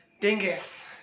Dingus